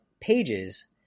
pages